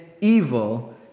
evil